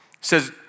says